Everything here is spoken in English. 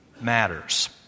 matters